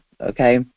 Okay